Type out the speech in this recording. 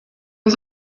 was